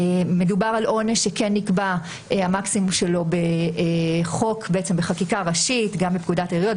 מדובר על עונש שכן נקבע המקסימום שלו בחקיקה ראשית גם בפקודת העיריות,